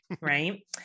Right